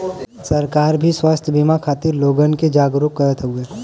सरकार भी स्वास्थ बिमा खातिर लोगन के जागरूक करत हउवे